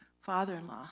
father-in-law